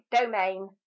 domain